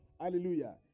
Hallelujah